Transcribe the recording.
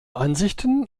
ansichten